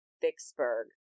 Vicksburg